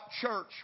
church